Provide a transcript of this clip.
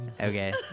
okay